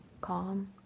calm